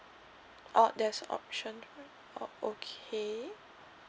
orh that's option right oh okay